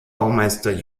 baumeister